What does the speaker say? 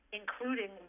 including